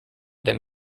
them